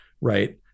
right